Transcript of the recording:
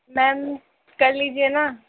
میم کر لیجیے نا